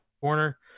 corner